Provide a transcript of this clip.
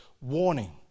warning